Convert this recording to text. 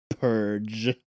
purge